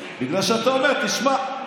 בגלל שאתה אומר: תשמע,